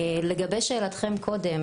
לגבי שאלתכם קודם,